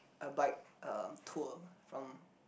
a bike um tour from